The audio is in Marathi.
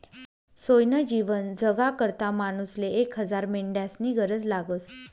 सोयनं जीवन जगाकरता मानूसले एक हजार मेंढ्यास्नी गरज लागस